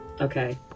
Okay